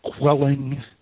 quelling